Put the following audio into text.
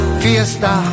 fiesta